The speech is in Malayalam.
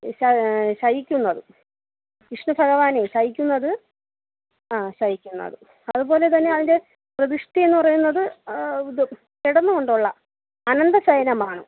ശയിക്കുന്നത് വിഷ്ണു ഭഗവാൻ ശയിക്കുന്നത് ആ ശയിക്കുന്നത് അതുപോലതന്നെ അതിൻ്റെ പ്രതിഷ്ഠയെന്നു പറയുന്നത് ഇത് കിടന്നുകൊണ്ടുള്ള അനന്തശയനമാണ്